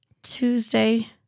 Tuesday